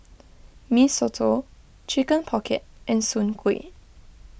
Mee Soto Chicken Pocket and Soon Kway